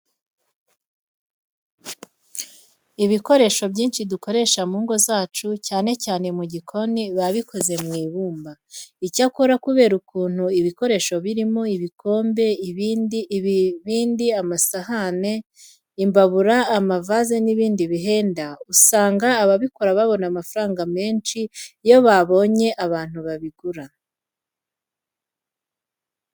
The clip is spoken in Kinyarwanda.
Ibikoresho byinshi dukoresha mu ngo zacu cyane cyane mu gikoni biba bikoze mu ibumba. Icyakora kubera ukuntu ibikoresho birimo ibikombe, ibibindi, amasahane, imbabura, amavaze n'ibindi bihenda, usanga ababikora babona amafaranga menshi iyo babonye abantu babigura.